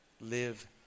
Live